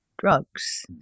drugs